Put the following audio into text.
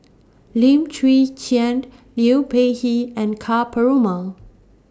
Lim Chwee Chian Liu Peihe and Ka Perumal